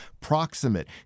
proximate